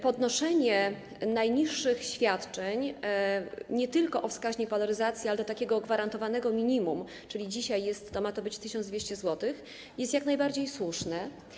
Podnoszenie najniższych świadczeń nie tylko o wskaźnik waloryzacji, ale do gwarantowanego minimum, czyli dzisiaj ma to być 1200 zł, jest jak najbardziej słuszne.